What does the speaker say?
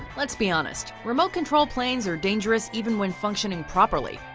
let's be honest, remote control planes are dangerous even when functioning properly.